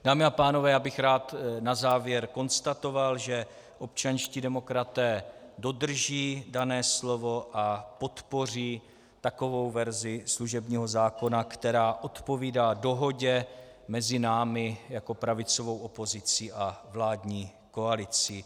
Dámy a pánové, já bych rád na závěr konstatoval, že občanští demokraté dodrží dané slovo a podpoří takovou verzi služebního zákona, která odpovídá dohodě mezi námi jako pravicovou opozicí a vládní koalicí.